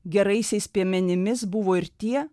geraisiais piemenimis buvo ir tie